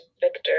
Victor